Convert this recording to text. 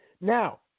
Now